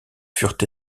furent